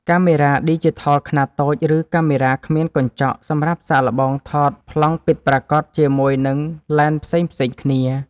កាមេរ៉ាឌីជីថលខ្នាតតូច ឬកាមេរ៉ាគ្មានកញ្ចក់ សម្រាប់សាកល្បងថតប្លង់ពិតប្រាកដជាមួយនឹងឡេនផ្សេងៗគ្នា។